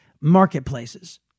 marketplaces